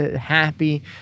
happy